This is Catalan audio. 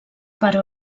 però